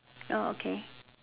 orh okay